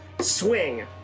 Swing